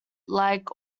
like